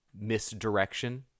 misdirection